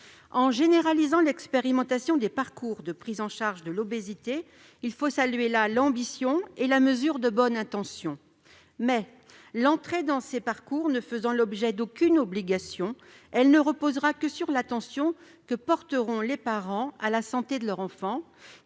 généralise l'expérimentation des parcours de prise en charge de l'obésité : il faut saluer l'ambition et les bonnes intentions de cette mesure. Mais l'entrée dans ces parcours ne faisant l'objet d'aucune obligation, elle ne reposera que sur l'attention des parents à la santé de leur enfant.